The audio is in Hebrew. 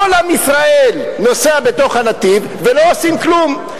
כל עם ישראל נוסע בנתיב ולא עושים כלום.